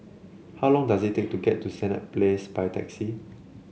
how long does it take to get to Senett Place by taxi